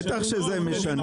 בטח שזה משנה.